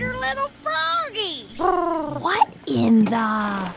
little froggy what in the.